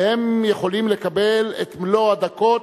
והם יכולים לקבל את מלוא הדקות: